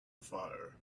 fire